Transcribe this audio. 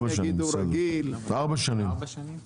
כל הרעיון הזה,